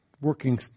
working